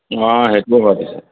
সেইটো হয় পিছে